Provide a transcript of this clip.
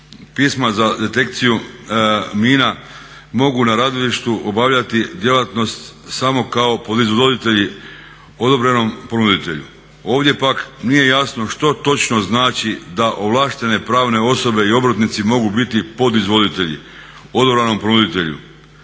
pisma za detekciju mina mogu na radilištu obavljati djelatnost samo kao podizvoditelji odobrenom ponuditelju. Ovdje pak nije jasno što točno znači da ovlaštene pravne osobe i obrtnici mogu biti podizvoditelji odobrenom ponuditelju.